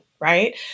right